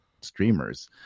streamers